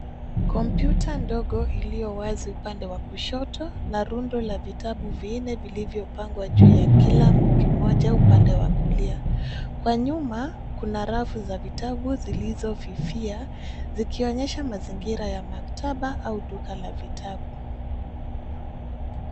Kompyuta ndogo iliyo wazi upande wa kushoto na rundo ya vitabu vinne vilivyopangwa juu ya kila kimoja upande wa kulia. Kwa nyuma kuna rafu za vitabu zilizofifia zikionyesha mazingira ya maktaba au duka la vitabu.